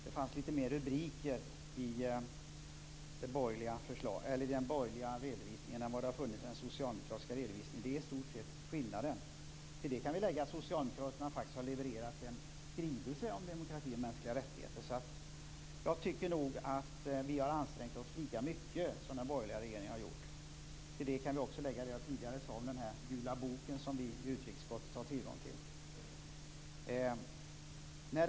Det fanns lite mer rubriker i den borgerliga redovisningen än vad det har funnits i den socialdemokratiska redovisningen. Det är i stort sett skillnaden. Till det kan vi lägga att socialdemokraterna faktiskt har levererat en skrivelse om demokrati och mänskliga rättigheter. Jag tycker nog att vi har ansträngt oss lika mycket som den borgerliga regeringen har gjort. Till det kan vi också lägga det jag tidigare sade om den gula bok som vi i utrikesutskottet har tillgång till.